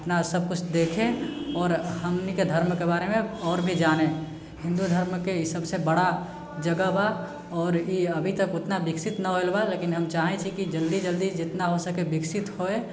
अपना सभ कुछ देखै आओर हमनिके धर्मके बारेमे आओर भी जानै हिन्दू धर्मके ई सभसँ बड़ा जगह बा आओर ई अभी तक उतना विकसित नहि होइल बा लेकिन हम चाहे छी कि जल्दी जल्दी जितना होइ सकै विकसित होइ